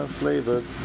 flavored